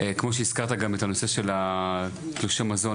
כמו שהזכרת גם את הנושא של התלושי מזון,